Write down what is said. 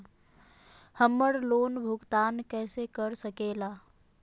हम्मर लोन भुगतान कैसे कर सके ला?